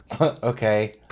Okay